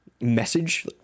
message